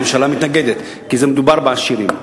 הממשלה מתנגדת כי מדובר בעשירים.